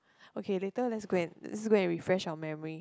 okay later let's go and let's go and refresh out memory